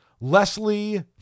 Leslie